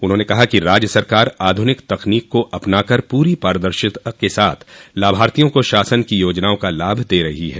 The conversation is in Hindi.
उन्होंने कहा कि राज्य सरकार आधुनिक तकनीक को अपना कर पूरी पारदर्शिता के साथ लाभार्थियों को शासन की योजनाओं का लाभ दे रही है